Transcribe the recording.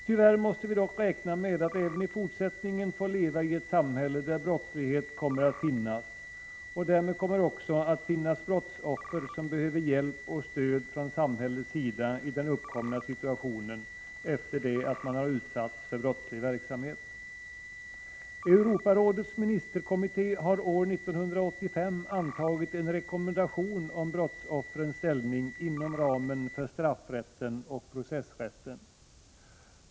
Tyvärr måste vi dock räkna med att även i fortsättningen få leva i ett samhälle där brottslighet kommer att finnas, och därmed kommer det också att finnas brottsoffer som, efter att ha utsatts för brottslig verksamhet behöver hjälp och stöd från samhällets sida i den uppkomna situationen. Europarådets ministerkommitté antog år 1985 en rekommendation om brottsoffrens ställning inom ramen för straffrätten och processrätten.